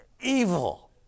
evil